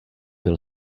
byl